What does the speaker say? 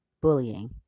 bullying